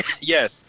yes